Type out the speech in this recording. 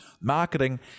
marketing